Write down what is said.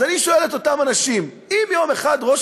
אז אני שואל את אותם אנשים: אם יום אחד ראש